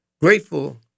grateful